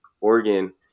Oregon